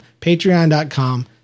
Patreon.com